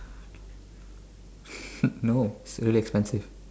no it's really expensive